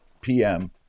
pm